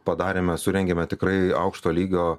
padarėme surengėme tikrai aukšto lygio